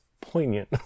poignant